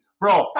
Bro